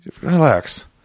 Relax